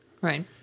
Right